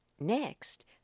Next